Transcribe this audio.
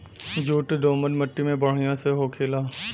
jute दोमट मट्टी में बढ़िया से होखेला